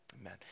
amen